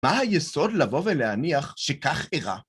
מה היסוד לבוא ולהניח שכך אירע?